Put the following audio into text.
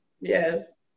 yes